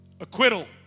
acquittal